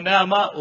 Nama